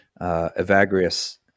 Evagrius